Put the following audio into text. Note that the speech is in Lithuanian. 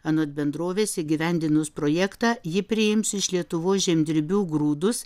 anot bendrovės įgyvendinus projektą ji priims iš lietuvos žemdirbių grūdus